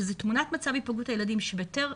שזו תמונת מצב היפגעות הילדים שארגון